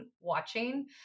watching